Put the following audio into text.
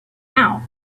out